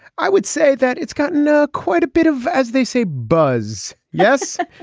i would say that it's gotten ah quite a bit of as they say buzz. yes.